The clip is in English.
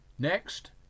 Next